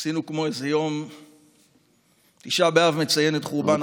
עשינו יום כמו תשעה באב, לציין את חורבן הבית.